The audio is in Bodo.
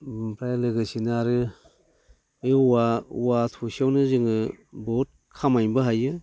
ओमफ्राय लोगोसेनो आरो बे औवा थसेयावनो जोङो बहुद खामायनोबो हायो